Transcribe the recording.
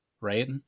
Right